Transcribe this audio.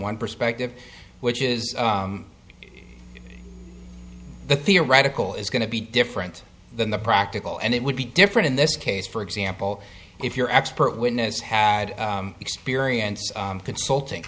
one perspective which is the theoretical is going to be different than the practical and it would be different in this case for example if your expert witness had experience consulting